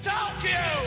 Tokyo